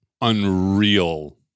Unreal